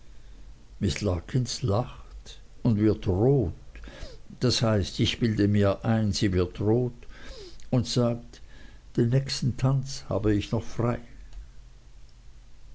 und wird rot das heißt ich bilde mir ein sie wird rot und sagt den nächsten tanz habe ich noch frei